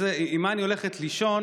עם מה אני הולכת לישון